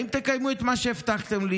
האם תקיימו את מה שהבטחתם לי,